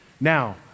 Now